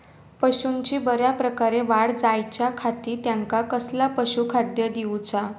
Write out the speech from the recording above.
पशूंची बऱ्या प्रकारे वाढ जायच्या खाती त्यांका कसला पशुखाद्य दिऊचा?